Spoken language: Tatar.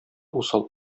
усал